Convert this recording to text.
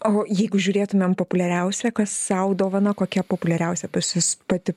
o jeigu žiūrėtumėm populiariausia kas sau dovana kokia populiariausia pas jus pati